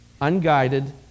unguided